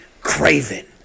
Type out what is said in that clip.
Craven